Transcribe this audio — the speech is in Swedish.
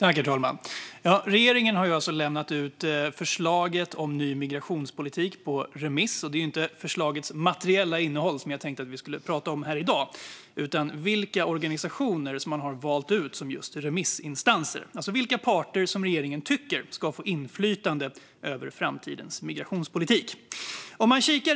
Herr talman! Regeringen har ju lämnat ut förslaget om ny migrationspolitik på remiss, och det är inte förslagets materiella innehåll jag tänkte att vi skulle tala om i dag utan vilka organisationer som regeringen har valt ut som remissinstanser, alltså vilka parter som regeringen tycker ska få inflytande över framtidens migrationspolitik.